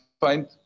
find